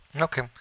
Okay